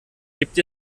gibt